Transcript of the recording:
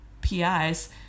PIs